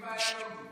יש בעיה לוגית.